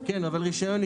רישיון.